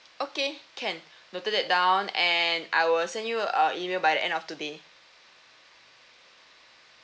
okay can noted that down and I will send you uh email by the end of today